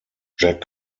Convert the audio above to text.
jack